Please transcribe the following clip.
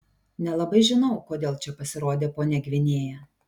nelabai žinau kodėl čia pasirodė ponia gvinėja